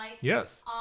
Yes